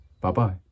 Bye-bye